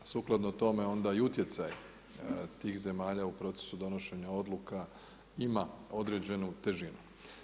Sukladno tome onda i utjecaj tih zemalja u procesu donošenja odluka ima određenu težinu.